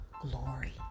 glory